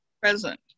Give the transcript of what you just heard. present